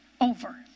over